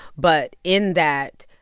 but in that,